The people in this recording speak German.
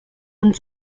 und